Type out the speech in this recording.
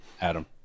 Adam